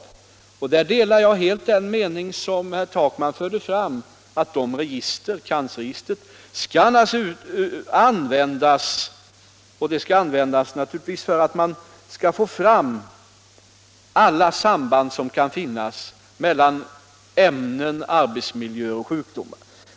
På den punkten delar jag helt herr Takmans uppfattning, och jag instämmer med honom när han anför att cancerregistret skall användas för att få fram alla samband som kan finnas mellan ämnen, arbetsmiljöer och sjukdomar.